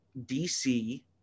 DC